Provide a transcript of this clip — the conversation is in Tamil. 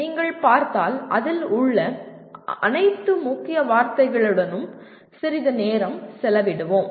நீங்கள் பார்த்தால் அதில் உள்ள அனைத்து முக்கிய வார்த்தைகளுடனும் சிறிது நேரம் செலவிடுவோம்